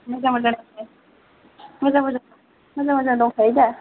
मोजां मोजां मोजां मोजां दंखायो दा